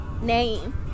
name